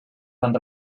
van